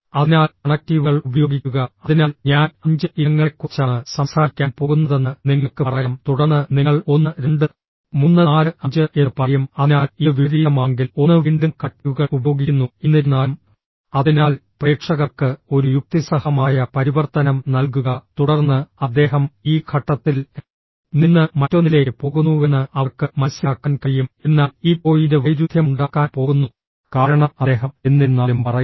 അതിനാൽ കണക്റ്റീവുകൾ ഉപയോഗിക്കുക അതിനാൽ ഞാൻ അഞ്ച് ഇനങ്ങളെക്കുറിച്ചാണ് സംസാരിക്കാൻ പോകുന്നതെന്ന് നിങ്ങൾക്ക് പറയാം തുടർന്ന് നിങ്ങൾ ഒന്ന് രണ്ട് മൂന്ന് നാല് അഞ്ച് എന്ന് പറയും അതിനാൽ ഇത് വിപരീതമാണെങ്കിൽ ഒന്ന് വീണ്ടും കണക്റ്റീവുകൾ ഉപയോഗിക്കുന്നു എന്നിരുന്നാലും അതിനാൽ പ്രേക്ഷകർക്ക് ഒരു യുക്തിസഹമായ പരിവർത്തനം നൽകുക തുടർന്ന് അദ്ദേഹം ഈ ഘട്ടത്തിൽ നിന്ന് മറ്റൊന്നിലേക്ക് പോകുന്നുവെന്ന് അവർക്ക് മനസ്സിലാക്കാൻ കഴിയും എന്നാൽ ഈ പോയിന്റ് വൈരുദ്ധ്യമുണ്ടാക്കാൻ പോകുന്നു കാരണം അദ്ദേഹം എന്നിരുന്നാലും പറയുന്നു